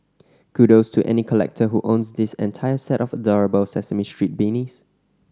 kudos to any collector who owns this entire set of adorable Sesame Street beanies